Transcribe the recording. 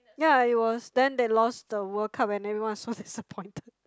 ya it was then they lost the World Cup and everyone is so disappointed